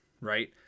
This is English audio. Right